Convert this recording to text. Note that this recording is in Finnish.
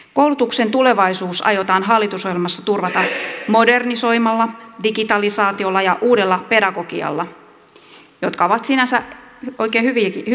koulutuksen tulevaisuus aiotaan hallitusohjelmassa turvata modernisoimalla digitalisaatiolla ja uudella pedagogialla jotka ovat sinänsä oikein hyviäkin asioita